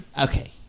Okay